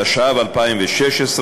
התשע"ו 2016,